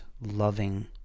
loving